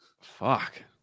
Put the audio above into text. Fuck